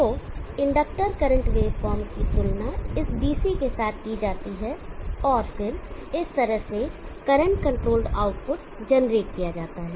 तो inductor current waveform की तुलना इस DC के साथ की जाती है और फिर इस तरह से करंट कंट्रोल्ड आउटपुट जनरेट किया जाता है